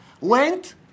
went